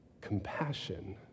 compassion